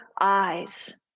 eyes